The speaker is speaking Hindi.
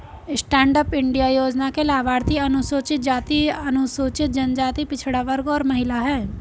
स्टैंड अप इंडिया योजना के लाभार्थी अनुसूचित जाति, अनुसूचित जनजाति, पिछड़ा वर्ग और महिला है